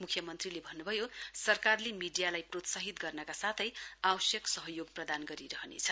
मुख्यमन्त्री भन्नभयो सरकारले मीडियालाई प्रोत्साहित गर्नकासाथै आवश्यक सहयोग प्रदान गरिरहनेछ